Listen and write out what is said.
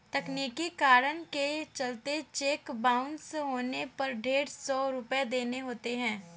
तकनीकी कारण के चलते चेक बाउंस होने पर डेढ़ सौ रुपये देने होते हैं